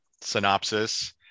synopsis